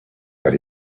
that